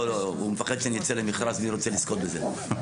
לא, הוא מפחד שנצא למכרז, מי ירצה לזכות בזה.